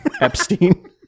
Epstein